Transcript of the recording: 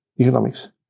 Economics